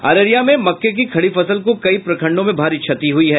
अररिया में मक्के की खड़ी फसल को कई प्रखंडों में भारी क्षति हुई है